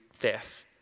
death